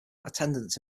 attendance